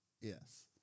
Yes